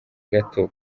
gato